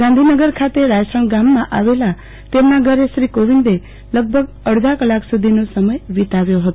ગાંધીનગર ખાતે રાયસણ ગામમાં આવેલા તેમના ઘરે શ્રી કોવિંદ લગભગ અડધા કલાક સુધીનો સમય વિતાવ્યો હતો